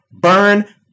burn